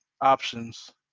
options